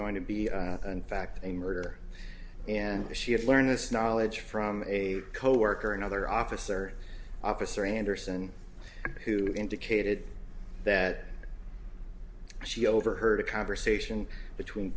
going to be in fact a murder and the she had learned this knowledge from a coworker another officer officer anderson who indicated that she overheard a conversation between